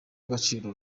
agaciro